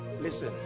listen